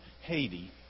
Haiti